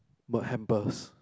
got hampers